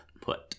put